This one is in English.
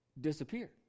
disappear